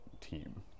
team